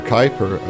Kuiper